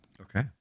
Okay